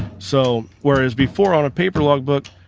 so whereas before, on a paper log book,